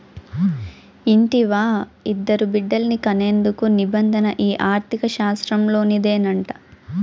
ఇంటివా, ఇద్దరు బిడ్డల్ని కనేందుకు నిబంధన ఈ ఆర్థిక శాస్త్రంలోనిదేనంట